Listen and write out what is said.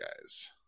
guys